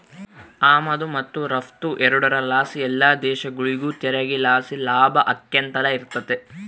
ಆಮದು ಮತ್ತು ರಫ್ತು ಎರಡುರ್ ಲಾಸಿ ಎಲ್ಲ ದೇಶಗುಳಿಗೂ ತೆರಿಗೆ ಲಾಸಿ ಲಾಭ ಆಕ್ಯಂತಲೆ ಇರ್ತತೆ